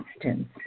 instance